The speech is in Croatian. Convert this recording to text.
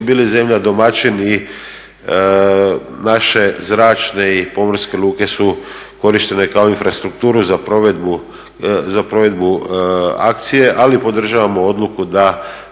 bili zemlja domaćin i naše zračne i pomorske luke su korištene kao infrastrukturu za provedbu akcije, ali podržavamo odluku da